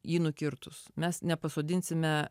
jį nukirtus mes nepasodinsime